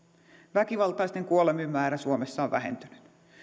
väkivaltaisten kuolemien määrä suomessa on vähentynyt